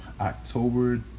October